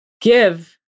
give